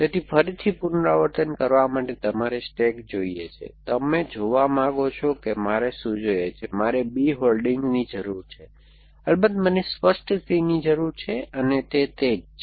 તેથી ફરીથી પુનરાવર્તન કરવા માટે તમારે સ્ટેક જોઈએ છે તમે જોવા માંગો છો કે મારે શું જોઈએ છે મારે B હોલ્ડિંગની જરૂર છે અલબત્ત મને સ્પષ્ટ c ની જરૂર છે અને તે તે જ છે